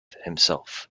himself